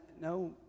no